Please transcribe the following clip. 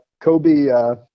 Kobe